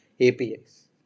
APIs